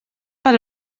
pel